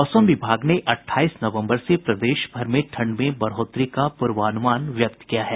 मौसम विभाग ने अठाईस नवम्बर से प्रदेशभर में ठंड में बढ़ोतरी का पूर्वानुमान व्यक्त किया है